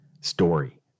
story